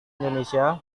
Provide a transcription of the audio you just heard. indonesia